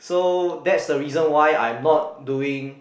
so that's the reason why I'm not doing